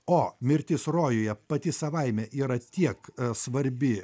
o mirtis rojuje pati savaime yra tiek svarbi